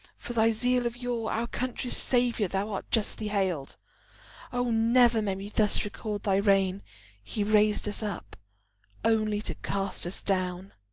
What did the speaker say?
for thy zeal of yore our country's savior thou art justly hailed o never may we thus record thy reign he raised us up only to cast us down.